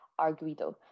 arguido